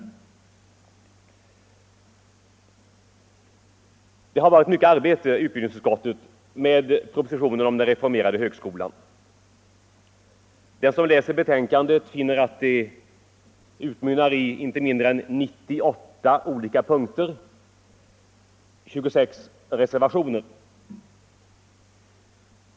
Det har varit mycket arbete i utbildningsutskottet med propositionen om reformering av högskoleutbildningen. Den som läser betänkandet finner att det utmynnar i en hemställan i inte mindre än 98 olika punkter och att reservationerna är 26 stycken.